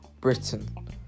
Britain